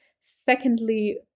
Secondly